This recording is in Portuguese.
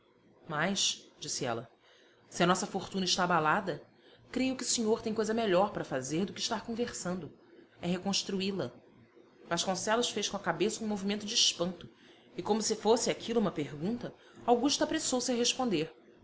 silêncio mas disse ela se a nossa fortuna está abalada creio que o senhor tem coisa melhor para fazer do que estar conversando é reconstruí la vasconcelos fez com a cabeça um movimento de espanto e como se fosse aquilo uma pergunta augusta apressou-se a responder